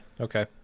Okay